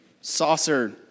saucer